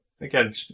again